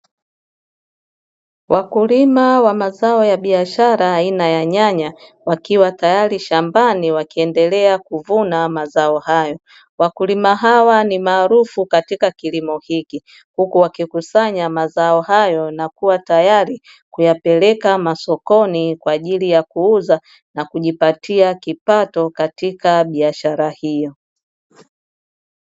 Wakulima wa mazao ya biashara aina ya nyanya wakiwa tayari shambani wakiendelea kuvuna mazao hayo. Wakulima hawa ni maarufu katika kilimo hiki huku wakikusanya mazao hayo na kuwa tayari kuyapeleka masokoni kwa ajili ya kuuza na kujipatia kipato katika biashara hiyo.